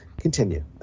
Continue